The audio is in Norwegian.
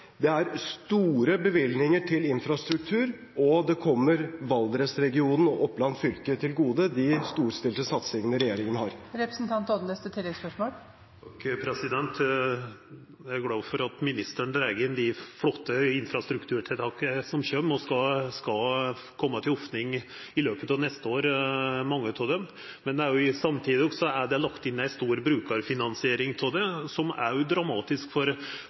Det er altså store bevilgninger til infrastruktur, og den kommer Valdres-regionen og Oppland fylke til gode, de storstilte satsingene regjeringen har. Eg er glad for at ministeren dreg inn dei flotte infrastrukturtiltaka som kjem – mange av dei skal opnast i løpet av neste år. Samtidig er det lagt inn ei stor brukarfinansiering, som også er dramatisk for